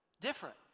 Different